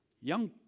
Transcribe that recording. young